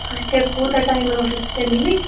اَچھا کوٗتاہ ٹایِم برٛونٛٹھ ٲسِو تۅہہِ نِمِتۍ